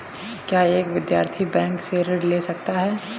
क्या एक विद्यार्थी बैंक से ऋण ले सकता है?